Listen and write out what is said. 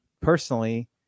personally